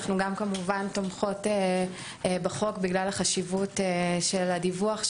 אנחנו גם כמובן תומכות בחוק בגלל החשיבות של הדיווח,